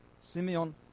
Simeon